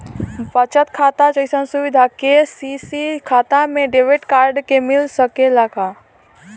बचत खाता जइसन सुविधा के.सी.सी खाता में डेबिट कार्ड के मिल सकेला का?